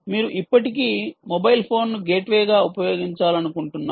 మీరు ఇప్పటికీ మొబైల్ ఫోన్ను గేట్వేగా ఉపయోగించాలనుకుంటున్నారు